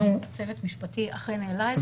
צוות משפטי אכן העלה את זה.